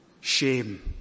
shame